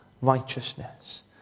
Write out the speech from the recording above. Righteousness